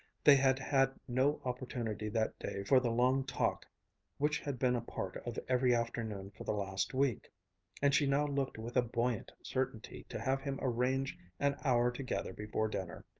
they had had no opportunity that day for the long talk which had been a part of every afternoon for the last week and she now looked with a buoyant certainty to have him arrange an hour together before dinner.